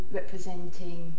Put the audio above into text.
representing